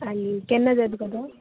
आनी केन्ना जाय तुका तो